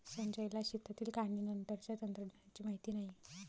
संजयला शेतातील काढणीनंतरच्या तंत्रज्ञानाची माहिती नाही